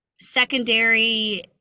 secondary